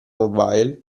mobile